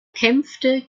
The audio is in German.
kämpfte